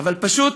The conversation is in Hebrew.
אבל פשוט